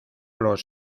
los